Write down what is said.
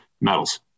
metals